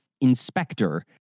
Inspector